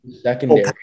secondary